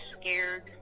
scared